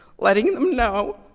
letting them know